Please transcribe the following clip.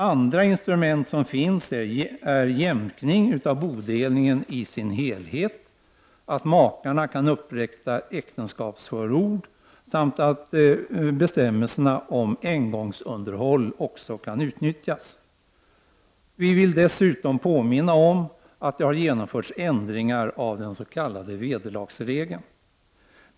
Andra instrument som finns är jämkning av bodelningen i dess helhet, att makarna kan upprätta äktenskapsförord samt att bestämmelserna om engångsunderhåll också kan utnyttjas. Vi vill dessutom påminna om att det har genomförts ändringar av den s.k. vederlagsregeln.